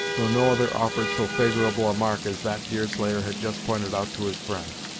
though no other offered so favorable a mark as that deerslayer had just pointed out to his friend.